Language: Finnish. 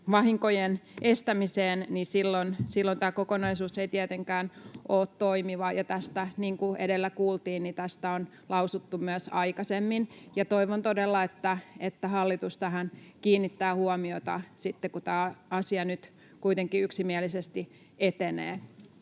ympäristövahinkojen estämiseen, niin silloin tämä kokonaisuus ei tietenkään ole toimiva. Niin kuin edellä kuultiin, tästä on lausuttu myös aikaisemmin, ja toivon todella, että hallitus tähän kiinnittää huomiota, kun tämä asia nyt kuitenkin yksimielisesti etenee.